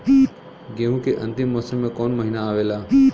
गेहूँ के अंतिम मौसम में कऊन महिना आवेला?